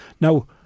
Now